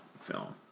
film